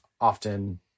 often